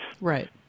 Right